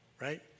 right